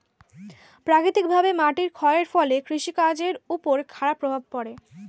প্রাকৃতিকভাবে মাটির ক্ষয়ের ফলে কৃষি কাজের উপর খারাপ প্রভাব পড়ে